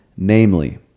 Namely